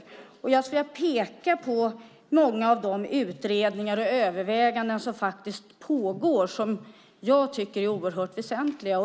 Jag skulle vilja peka på många av de utredningar och överväganden som faktiskt pågår. Jag tycker att de är oerhört väsentliga.